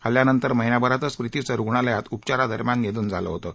हल्ल्यानंतर महिनाभरातच प्रीतीचं रुग्णालयात उपचारादरम्यान निधन झालं होतं